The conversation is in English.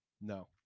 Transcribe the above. No